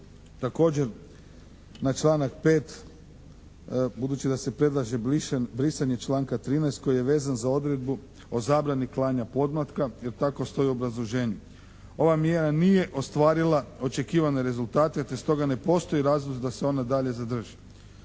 Također na članak 5. budući da se predlaže brisanje članka 13. koji je vezan za odredbu o zabrani klanja podmlatka jer tako stoji u obrazloženju. Ova mjera nije ostvarila očekivane rezultate te stoga ne postoje razlozi da se ona dalje zadrži.